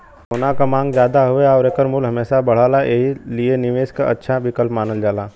सोना क मांग जादा हउवे आउर एकर मूल्य हमेशा बढ़ला एही लिए निवेश क अच्छा विकल्प मानल जाला